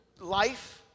life